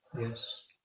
yes